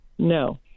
No